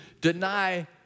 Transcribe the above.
deny